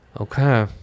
Okay